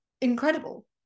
incredible